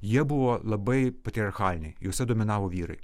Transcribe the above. jie buvo labai patriarchaliniai juose dominavo vyrai